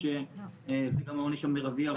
או שזה גם העונש המירבי הראוי להם.